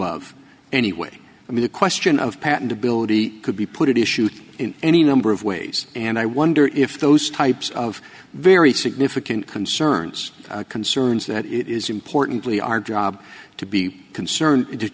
of anyway i mean the question of patentability could be put issue in any number of ways and i wonder if those types of very significant concerns concerns that it is importantly our job to be concerned